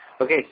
Okay